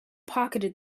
pocketed